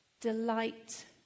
delight